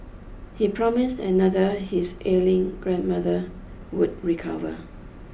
he promised another his illing grandmother would recover